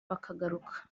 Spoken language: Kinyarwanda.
bakagaruka